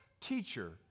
teacher